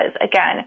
again